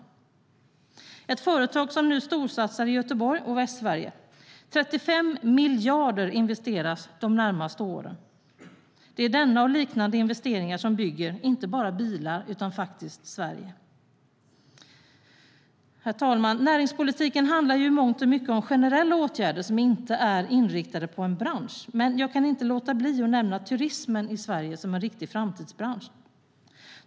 Det är ett företag som nu storsatsar i Göteborg och Västsverige. 35 miljarder investeras de närmaste åren. Det är denna och liknande investeringar som bygger inte bara bilar utan Sverige. Herr talman! Näringspolitiken handlar i mångt och mycket om generella åtgärder som inte är inriktade på en bransch. Jag kan dock inte låta bli att nämna turismen i Sverige som en riktig framtidsbransch.